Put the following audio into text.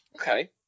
Okay